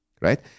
right